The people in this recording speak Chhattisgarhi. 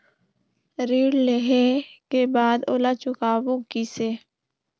ऋण लेहें के बाद ओला चुकाबो किसे?